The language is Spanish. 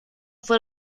fue